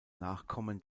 nachkomme